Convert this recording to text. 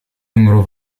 numero